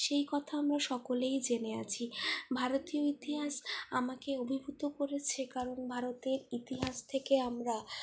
সেই কথা আমরা সকলেই জেনে আছি ভারতীয় ইতিহাস আমাকে অভিভূত করেছে কারণ ভারতের ইতিহাস থেকে আমরা